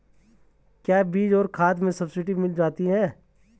क्या बीज और खाद में सब्सिडी मिल जाती है?